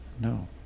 No